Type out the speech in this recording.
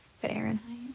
Fahrenheit